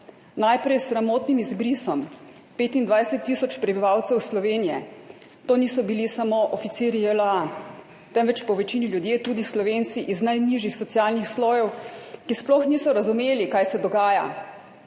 najprej s sramotnim izbrisom 25 tisoč prebivalcev Slovenije. To niso bili samo oficirji JLA, temveč po večini ljudje, tudi Slovenci, iz najnižjih socialnih slojev, ki sploh niso razumeli, kaj se dogaja.